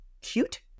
cute